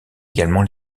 également